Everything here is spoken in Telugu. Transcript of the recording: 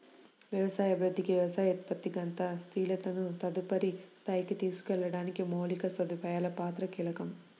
వ్యవసాయ అభివృద్ధికి మరియు ఉత్పత్తి గతిశీలతను తదుపరి స్థాయికి తీసుకెళ్లడానికి మౌలిక సదుపాయాల పాత్ర కీలకం